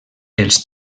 els